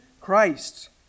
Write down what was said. Christ